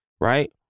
right